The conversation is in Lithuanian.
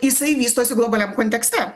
jisai vystosi globaliam kontekste